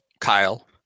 Kyle